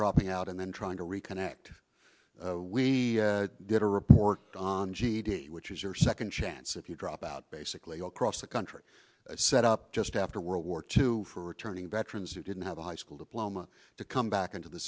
dropping out and then trying to reconnect we did a report on g d p which is your second chance if you drop out basically across the country set up just after world war two for returning veterans who didn't have a high school diploma to come back into the